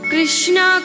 Krishna